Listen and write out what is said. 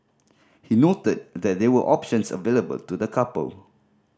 he noted that there were options available to the couple